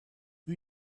who